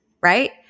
right